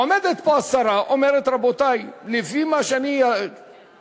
עומדת פה השרה ואומרת: רבותי, לפי מה שאני יודעת